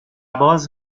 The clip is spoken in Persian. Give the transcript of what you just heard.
باز